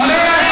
שמאל.